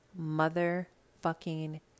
motherfucking